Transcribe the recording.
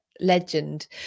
legend